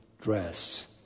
dress